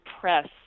press